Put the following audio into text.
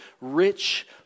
rich